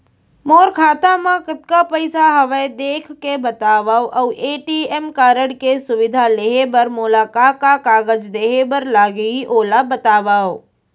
मोर खाता मा कतका पइसा हवये देख के बतावव अऊ ए.टी.एम कारड के सुविधा लेहे बर मोला का का कागज देहे बर लागही ओला बतावव?